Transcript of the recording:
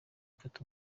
mfata